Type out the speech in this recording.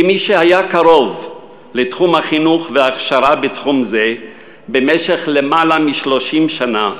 כמי שהיה קרוב לתחום החינוך וההכשרה בתחום זה במשך יותר מ-30 שנה,